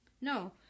No